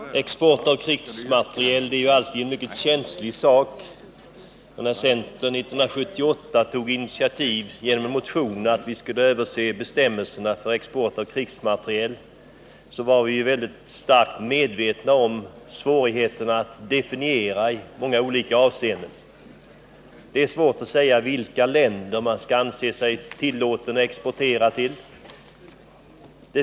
Fru talman! Export av krigsmateriel är alltid en mycket känslig sak. När centern 1978 i en motion tog ett initiativ genom att föreslå att bestämmelserna för export av krigsmateriel skulle överses, var vi starkt medvetna om svårigheterna i olika avseenden. Det är svårt att ange vilka länder det skall anses vara tillåtet att exportera till.